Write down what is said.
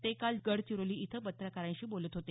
ते काल गडचिरोली इथं पत्रकारांशी बोलत होते